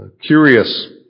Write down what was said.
Curious